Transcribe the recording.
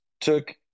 took